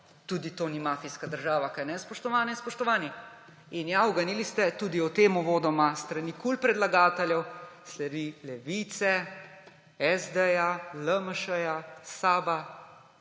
Tudi to ni mafijska država, kajne, spoštovane in spoštovani? In ja, uganili ste, tudi o tem uvodoma s strani predlagateljev KUL, s strani Levice, SD, LMŠ, SAB